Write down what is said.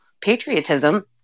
patriotism